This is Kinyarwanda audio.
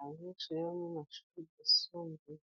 Abenyeshuri bo mu mashuri yisumbuye.